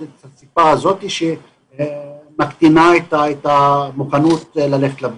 את הסיבה הזו שמקטינה את המוכנות ללכת לבדיקות.